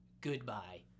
goodbye